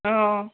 অঁ